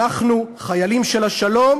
חיילים של השלום,